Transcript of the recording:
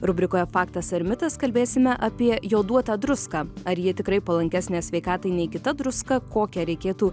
rubrikoje faktas ar mitas kalbėsime apie joduotą druską ar ji tikrai palankesnė sveikatai nei kita druska kokią reikėtų